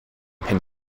pin